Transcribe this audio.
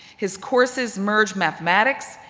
his courses merge mathematics,